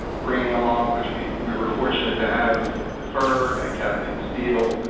bringing along, which we we were fortunate to have, with her and kathleen steele,